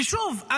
ושוב,